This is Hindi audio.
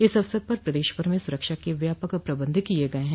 इस अवसर पर प्रदेश भर में सुरक्षा के व्यापक प्रबन्ध किये गये हैं